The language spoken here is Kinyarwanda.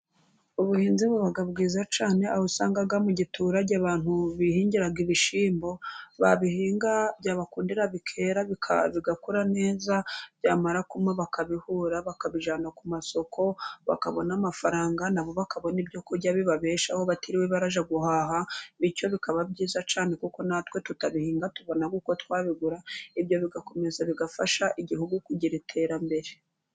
Ubuhinzi buba bwiza cyane aho usanga mu giturage abantu bihingiraga ibishyimbo, babihinga byabakundira bikera bigakura neza byamara kuma bakabihura bakabijyana ku masoko bakabona amafaranga nabo bakabona ibyo kurya bibabeshaho batiriwe barajya guhaha, bityo bikaba byiza cyane kuko natwe tutabihinga tubona uko twabigura ibyo bigakomeza bigafasha igihugu kugira iterambere.